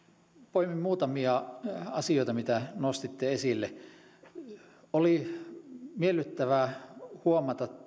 poimin muutamia asioita mitä nostitte esille oli miellyttävää huomata